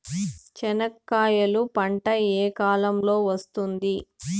చెనక్కాయలు పంట ఏ కాలము లో వస్తుంది